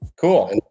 cool